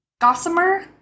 Gossamer